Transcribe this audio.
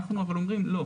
אבל אנחנו אומרים לא,